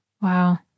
Wow